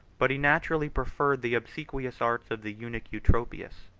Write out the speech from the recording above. but he naturally preferred the obsequious arts of the eunuch eutropius,